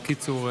בקיצור,